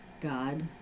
God